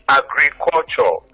agriculture